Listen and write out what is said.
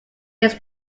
his